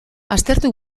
aztertu